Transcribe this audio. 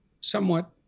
somewhat